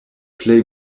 plej